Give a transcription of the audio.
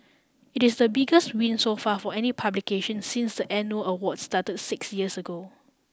it is the biggest win so far for any publication since the annual awards start six years ago